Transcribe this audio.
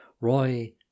Roy